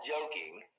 joking